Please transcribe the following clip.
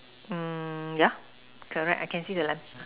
mm yeah correct I can see the lamp